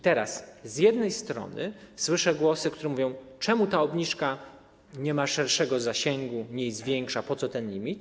Teraz z jednej strony słyszę głosy, które mówią: czemu ta obniżka nie ma szerszego zasięgu, nie jest większa, po co ten limit.